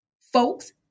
folks